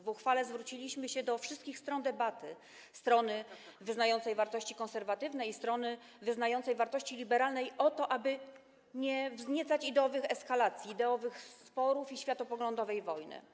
W uchwale zwróciliśmy się do wszystkich stron debaty, strony wyznającej wartości konserwatywne i strony wyznającej wartości liberalne, o to, aby nie wzniecać ideowych eskalacji, ideowych sporów i światopoglądowej wojny.